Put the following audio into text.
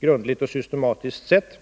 grundligt och systematiskt sätt.